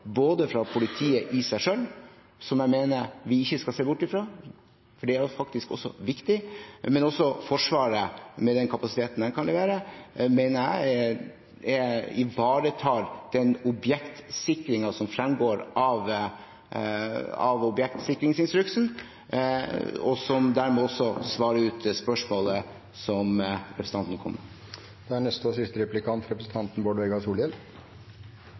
både fra politiet i seg selv – som jeg mener vi ikke skal se bort ifra, for det er faktisk viktig – og også Forsvaret med den kapasiteten de kan levere, mener jeg ivaretar den objektsikringen som fremgår av objektsikringsinstruksen, og som dermed også svarer på spørsmålet representanten kom med. Når ein skal gjennomføre svært mange tiltak, vert ikkje alle prioriterte, svarte justisministeren på representanten